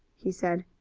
he said.